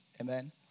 amen